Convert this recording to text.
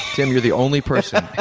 tim, you're the only person.